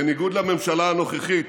בניגוד לממשלה הנוכחית,